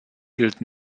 gilt